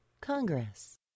congress